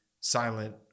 silent